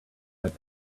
had